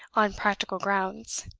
on practical grounds.